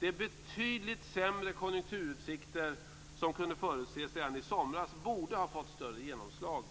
De betydligt sämre konjunkturutsikter som kunde förutses redan i somras borde ha fått större genomslag